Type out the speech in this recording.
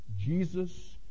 Jesus